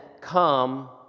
come